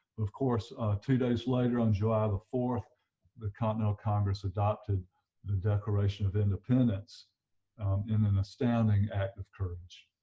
of course two days later on july the fourth the continental congress adopted the declaration of independence in an astounding act of courage.